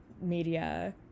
media